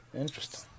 Interesting